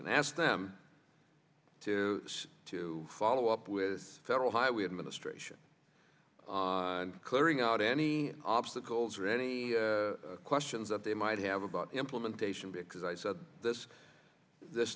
and asked them to to follow up with federal highway administration and clearing out any obstacles or any questions that they might have about implementation because i said this